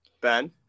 Ben